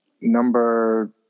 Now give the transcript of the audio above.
number